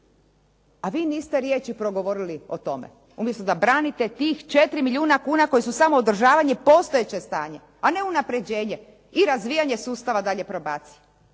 a vi niste riječi progovorili o tome. Umjesto da branite tih 4 milijuna kuna koji su samo održavanje postojeće stanje, a ne unapređenje i razvijanje sustava dalje probacije,